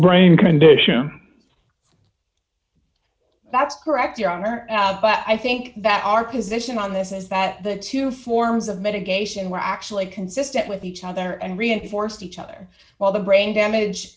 brain condition that's correct your honor but i think that our position on this is that the two forms of mitigation were actually consistent with each other and reinforced each other while the brain damage